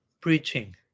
preaching